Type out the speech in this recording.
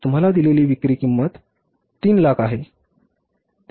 तुम्हाला दिलेली विक्री किंमत 300000 आहे ती 3 लाख रुपये आहे